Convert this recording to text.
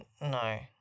No